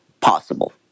possible